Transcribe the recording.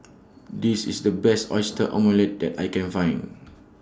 This IS The Best Oyster Omelette that I Can Find